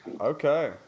Okay